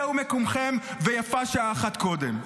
זהו מקומכם ויפה שעה אחת קודם.